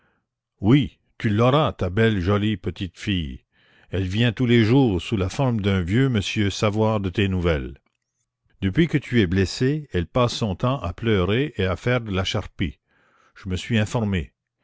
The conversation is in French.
oui tu l'auras ta belle jolie petite fille elle vient tous les jours sous la forme d'un vieux monsieur savoir de tes nouvelles depuis que tu es blessé elle passe son temps à pleurer et à faire de la charpie je me suis informé